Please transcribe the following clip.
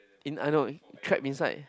in I know trap inside